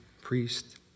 priest